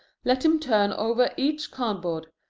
let him turn over each cardboard,